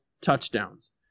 touchdowns